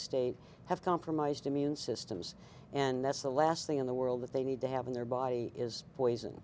state have compromised immune systems and that's the last thing in the world that they need to have in their body is poison